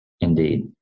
Indeed